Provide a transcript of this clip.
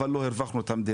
אבל לא הרווחנו את המדינה.